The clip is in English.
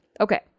Okay